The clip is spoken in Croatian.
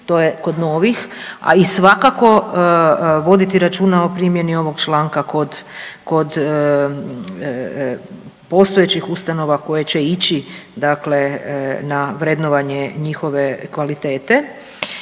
To je kod novih, a i svakako voditi računa o primjeni ovoga članka kod postojećih ustanova koje će ići na vrednovanje njihove kvalitete.